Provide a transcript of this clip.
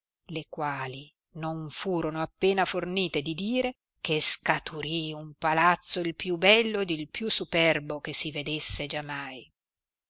le quali non furono appena fornite di dire che scaturì un palazzo il più bello ed il più superbo che si vedesse giamai